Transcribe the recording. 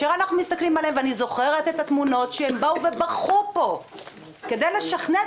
אני זוכרת את התמונות שהם באו ובכו פה כדי לשכנע את